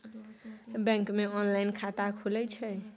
Bank मे online खाता खुले छै?